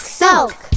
soak